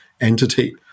entity